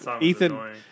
Ethan